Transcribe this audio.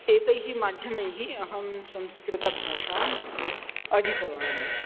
एतैः माध्यमैः अहं संस्कृतभाषाम् अधीतवान्